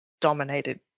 dominated